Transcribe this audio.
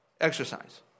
Exercise